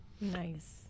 Nice